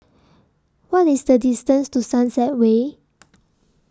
What IS The distance to Sunset Way